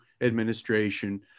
administration